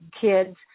Kids